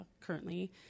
currently